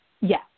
Yes